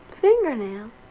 Fingernails